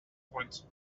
point